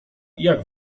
jak